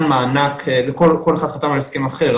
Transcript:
כל אחד חתם על הסכם אחר,